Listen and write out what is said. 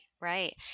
Right